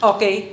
Okay